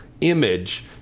image